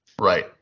right